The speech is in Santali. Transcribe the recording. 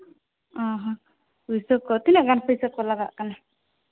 ᱚ ᱦᱚᱸ ᱯᱩᱭᱥᱟᱹ ᱠᱚ ᱛᱤᱱᱟᱹᱜ ᱜᱟᱱ ᱯᱩᱭᱥᱟᱹ ᱠᱚ ᱞᱟᱜᱟᱜ ᱠᱟᱱᱟ